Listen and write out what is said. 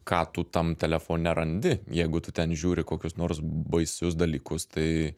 ką tu tam telefone randi jeigu tu ten žiūri kokius nors baisius dalykus tai